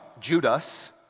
Judas